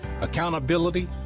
accountability